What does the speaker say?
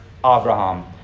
Abraham